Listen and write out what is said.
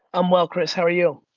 i'm well chris, how are you?